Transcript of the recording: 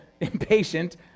impatient